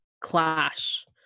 clash